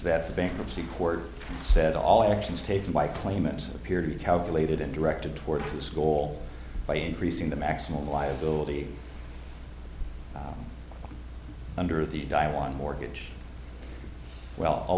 that the bankruptcy court said all actions taken by claimants appear to have related and directed toward this goal by increasing the maximum liability under the dial on mortgage well all